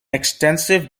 extensive